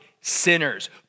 sinners